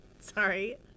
sorry